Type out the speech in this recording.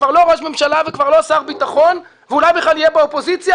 שכבר לא ראש ממשלה וכבר לא שר ביטחון ואולי בכלל יהיה באופוזיציה,